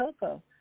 Coco